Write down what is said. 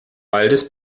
waldes